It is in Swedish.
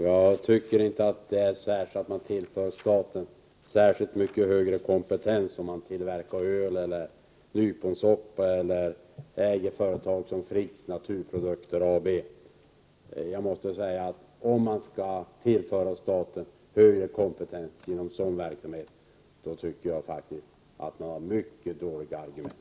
Jag tycker inte att man tillför staten särskilt mycket högre kompetens genom att staten tillverkar öl, nyponsoppa eller äger företag som Friggs Naturprodukter AB. Jag tycker att man har mycket dåliga argument när man säger att staten skall tillföras högre kompetens genom en sådan verksamhet.